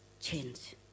change